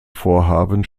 vorhaben